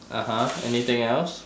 (uh huh) anything else